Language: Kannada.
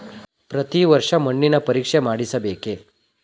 ಪ್ರತಿ ವರ್ಷ ಮಣ್ಣಿನ ಪರೀಕ್ಷೆ ಮಾಡಿಸಬೇಕೇ?